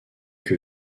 que